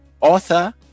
author